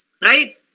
Right